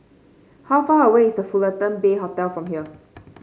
how far away is The Fullerton Bay Hotel from here